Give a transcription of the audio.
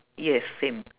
yes same